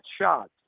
shots